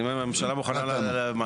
אם הממשלה מוכנה לזה.